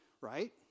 right